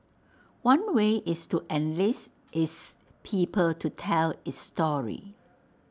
one way is to enlist its people to tell its story